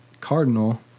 cardinal